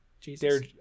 Jesus